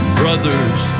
brothers